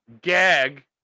gag